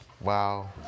Wow